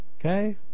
Okay